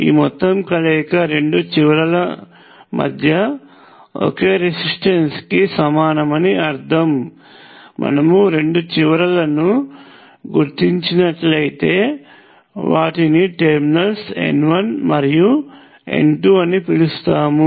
ఈ మొత్తం కలయిక రెండు చివరల మధ్య ఒకే రెసిస్టెన్స్ కి సమానమని అర్థం మనము రెండు చివరలను గుర్తించినట్లయితే వాటిని టెర్మినల్స్ n1 మరియు n2 అని పిలుస్తాము